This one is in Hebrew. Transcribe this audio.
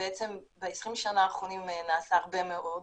ובעצם ב-20 השנה האחרונות נעשה הרבה מאוד.